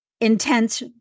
intense